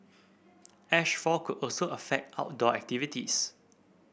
ash fall could also affect outdoor activities